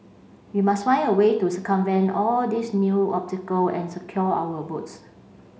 we must find a way to circumvent all these new obstacle and secure our votes